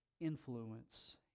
influence